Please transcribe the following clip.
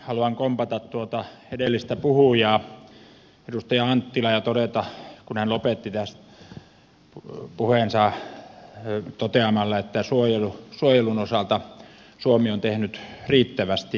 haluan kompata tuota edellistä puhujaa edustaja anttilaa kun hän lopetti puheensa toteamalla että suojelun osalta suomi on tehnyt riittävästi